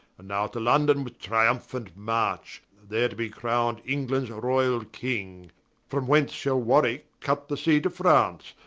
and now to london with triumphant march, there to be crowned englands royall king from whence, shall warwicke cut the sea to france,